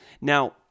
Now